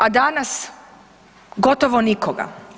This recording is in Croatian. A danas gotovo nikoga.